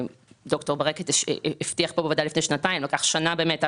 דוקטור ברקת הבטיח בוועדה לפני שנתיים ואכן לקח שנה עד